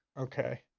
Okay